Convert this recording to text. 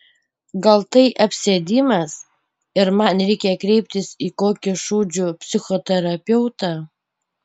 gal tai apsėdimas ir man reikia kreiptis į kokį šūdžių psichoterapeutą